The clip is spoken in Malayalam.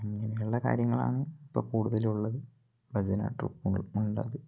അങ്ങനെയുള്ള കാര്യങ്ങളാണ് ഇപ്പം കൂടുതൽ ഉള്ളത് ഭജന ട്രുപ്പുകൾ